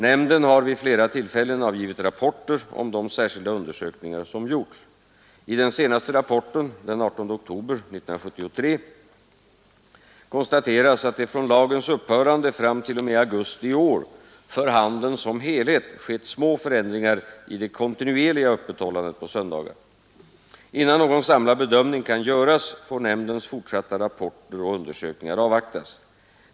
Nämnden har vid flera tillfällen avgivit rapporter om de särskilda undersökningar som gjorts. I den senaste rapporten den 18 oktober 1973 konstateras att det från lagens upphörande fram t.o.m. augusti i år för handeln som helhet skett små förändringar i det kontinuerliga öppethållandet på söndagar. Innan någon samlad bedömning kan göras får nämndens fortsatta rapporter och undersökningar avvaktas.